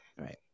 right